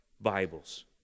Bibles